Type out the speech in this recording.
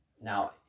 Now